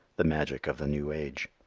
the magic of the new age.